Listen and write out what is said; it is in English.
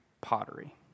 pottery